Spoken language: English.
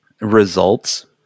results